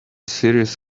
serious